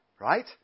right